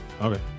Okay